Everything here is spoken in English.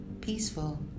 peaceful